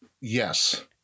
Yes